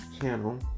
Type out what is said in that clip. Channel